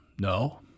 No